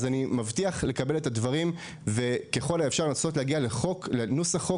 אז אני מבטיח לקבל את הדברים וככל האפשר לנסות להגיע לנוסח חוק